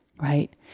right